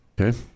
Okay